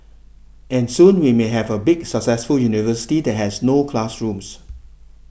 and soon we may have a big successful university that has no classrooms